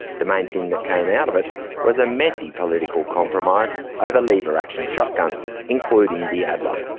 the main thing that came out of it was a messy political compromise over lever-action shotguns, including the adler.